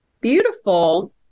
Beautiful